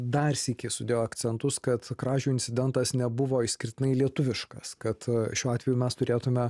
dar sykį sudėjo akcentus kad kražių incidentas nebuvo išskirtinai lietuviškas kad šiuo atveju mes turėtume